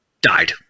died